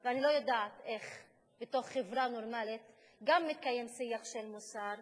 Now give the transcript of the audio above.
ואני לא יודעת איך בתוך חברה נורמלית מתקיים גם שיח של מוסר,